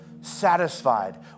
satisfied